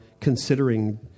considering